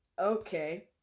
okay